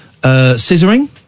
Scissoring